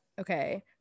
okay